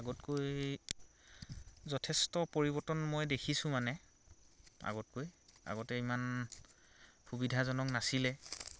আগতকৈ যথেষ্ট পৰিৱৰ্তন মই দেখিছোঁ মানে আগতকৈ আগতে ইমান সুবিধাজনক নাছিলে